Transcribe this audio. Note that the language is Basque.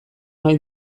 nahi